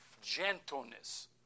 Gentleness